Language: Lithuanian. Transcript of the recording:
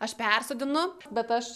aš persodinu bet aš